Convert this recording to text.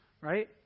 Right